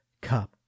cup